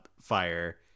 fire